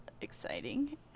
exciting